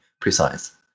precise